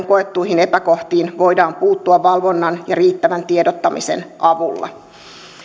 koettuihin epäkohtiin voidaan puuttua valvonnan ja riittävän tiedottamisen avulla